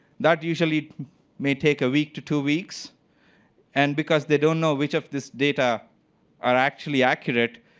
that usually may take a week to two weeks and because they don't know which of this data are actually accurate,